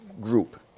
group